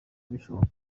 bishoboka